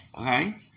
Okay